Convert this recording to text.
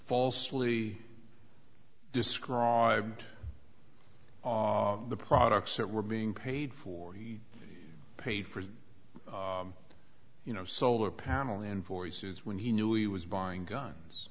falsely described the products that were being paid for he paid for you know solar panel invoices when he knew he was buying guns